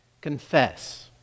confess